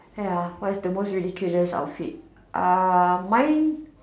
ya what's the most ridiculous outfit uh mine